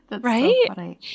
Right